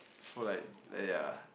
for like ah ya